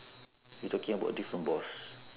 you talking about different boss